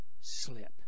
slip